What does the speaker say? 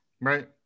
Right